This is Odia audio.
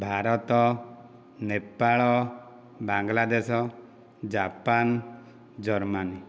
Bharat Nepal Bangladesh Japan Germany